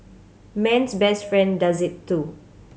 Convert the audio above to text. man's best friend does it too